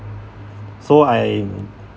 so I